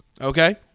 Okay